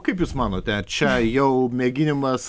kaip jūs manote ar čia jau mėginimas